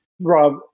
rob